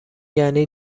یعنی